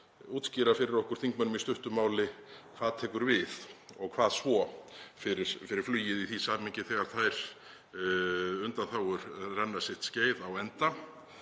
útskýra fyrir okkur þingmönnum í stuttu máli hvað tekur við. Hvað svo fyrir flugið í því samhengi þegar þær undanþágur renna sitt skeið á enda?